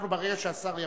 ברגע שהשר יבוא,